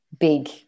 big